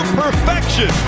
perfection